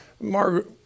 Margaret